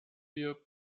wir